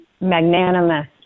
magnanimous